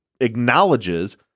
acknowledges